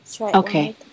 Okay